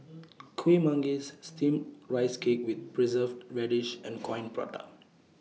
Kuih Manggis Steamed Rice Cake with Preserved Radish and Coin Prata